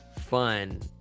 fun